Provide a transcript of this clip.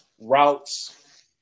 Routes